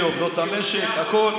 חוקרים.